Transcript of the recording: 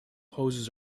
hoses